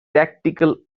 tactical